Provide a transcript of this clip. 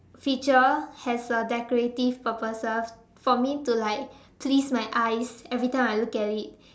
feature has a decorative purposes for me to like please my eyes every time I look at it